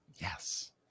Yes